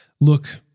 Look